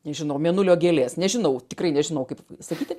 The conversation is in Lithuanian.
nežinau mėnulio gėlės nežinau tikrai nežinau kaip sakyti